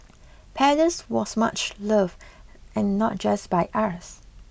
Paddles was much loved and not just by us